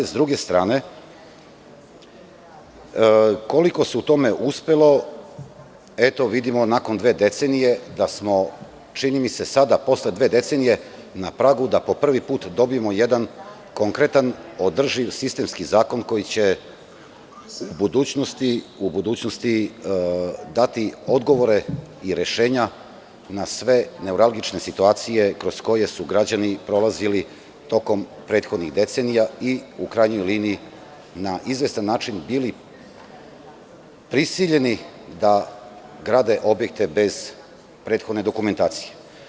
S druge strane, koliko se u tome uspelo vidimo i nakon dve decenije da smo, čini mi se, sada posle dve decenije na pragu da po prvi put dobijemo jedan konkretan, održiv sistemski zakon koji će u budućnosti dati odgovore i rešenja na sve neuralgične situacije kroz koje su građani prolazili tokom prethodnih decenija i na izvestan način bili prisiljeni da grade objekte bez prethodne dokumentacije.